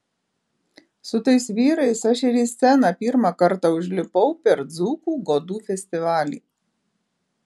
su tais vyrais aš ir į sceną pirmą kartą užlipau per dzūkų godų festivalį